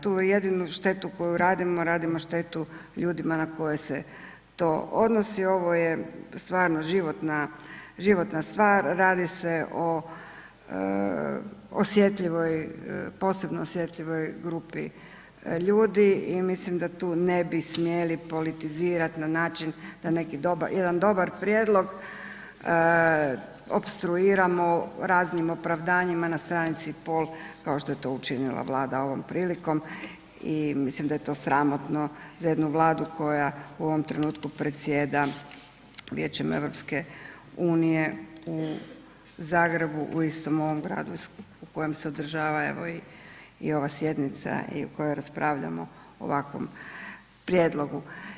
Tu jedinu štetu koju radimo radimo štetu ljudima na koje se to odnosi, ovo je stvarno životna, životna stvar, radi se o osjetljivoj, posebno osjetljivoj grupi ljudi i mislim da tu ne bi smjeli politizirat na način da neki dobar, jedan dobar prijedlog opstruiramo raznim opravdanjima na stranici i pol kao što je to učinila Vlada ovom prilikom i mislim da je to sramotno za jednu Vlada koja u ovom trenutku predsjeda Vijećem EU u Zagrebu, u istom ovom gradu u kojem se održava evo i, i ova sjednica i u kojoj raspravljamo o ovakvom prijedlogu.